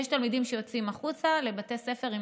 יש עכשיו תלמידים שיוצאים החוצה לבתי ספר עם